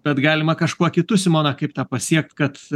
bet galima kažkuo kitu simona kaip tą pasiekt kad